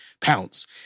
pounce